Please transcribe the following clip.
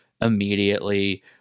immediately